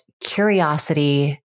curiosity